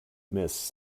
miss